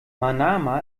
manama